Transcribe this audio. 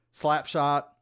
Slapshot